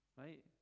right